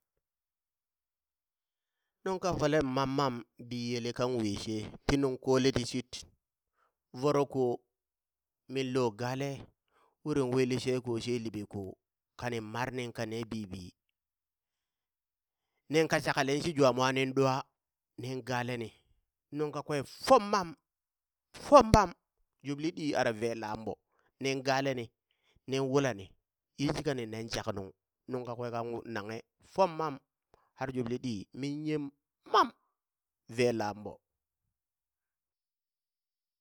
Nuŋka folem mammam biyele kan wishe ti nuŋ kole tishid, voro ko minlo gaale wurin wi lishe ko she liɓe ko kani marnin ka ne bibi, nin ka shakalen shi jwa mwanin ɗwa nin galeni nuŋ kakwe fom mam fom bam jubli ɗi ara ve lamɓo nin galeni nin wulani yinshika ninen jaknuŋ nuŋ kakwe kan wu nanghe fom mam ar jubli ɗi min yem mam vee lam ɓo.